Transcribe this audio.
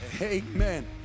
Amen